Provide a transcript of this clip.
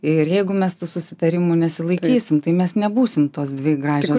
ir jeigu mes tų susitarimų nesilaikysim tai mes nebūsime tos dvi gražios